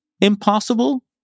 impossible